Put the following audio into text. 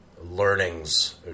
learnings